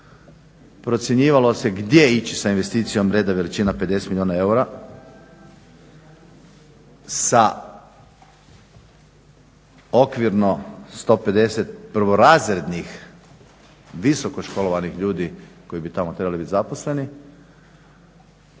procjenjivalo se gdje ići sa investicijom reda veličina 50 milijuna eura, sa okvirno 150 prvorazrednih visokoškolovanih ljudi koji bi tamo trebali biti zaposleni